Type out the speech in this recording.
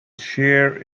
share